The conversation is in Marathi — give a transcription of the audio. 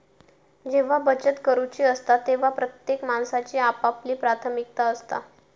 जेव्हा बचत करूची असता तेव्हा प्रत्येक माणसाची आपापली प्राथमिकता असता